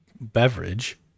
beverage